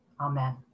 Amen